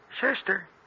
Sister